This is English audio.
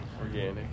Organic